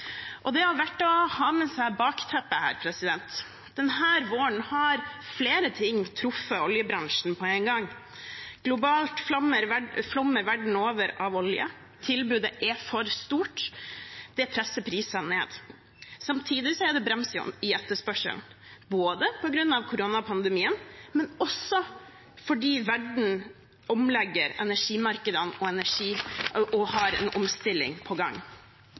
Det er verdt å ha med seg bakteppet her. Denne våren har flere ting truffet oljebransjen på én gang – globalt flommer verden over av olje, tilbudet er for stort, det presser prisene ned. Samtidig er det brems i etterspørselen, ikke bare på grunn av koronapandemien, men også fordi verden legger om energimarkedet og har en omstilling på gang.